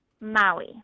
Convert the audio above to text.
Maui